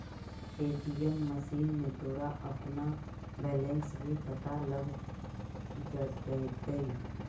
ATM machine में तोरा अपना बैलन्स भी पता लग जाटतइ